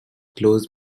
closed